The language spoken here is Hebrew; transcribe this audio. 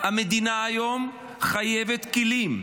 המדינה היום חייבת כלים,